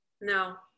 no